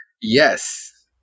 Yes